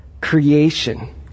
creation